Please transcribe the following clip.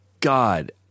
God